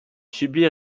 subir